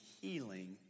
healing